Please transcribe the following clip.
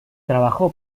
trabajó